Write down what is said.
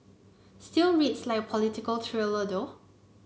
still reads like a political thriller though